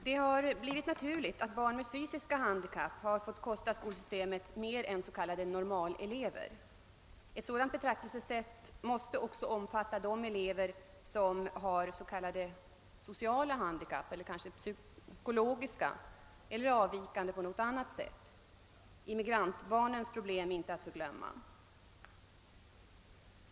Det har blivit naturligt att barn med fysiska handikapp får kosta skolsystemet mera än s.k. normalelever. Ett sådant betraktelsesätt borde också omfatta de elever som har sociala, psykiska eller andra former av handikapp. Immigrantbarnens speciella problem får vi inte heller glömma.